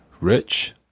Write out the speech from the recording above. rich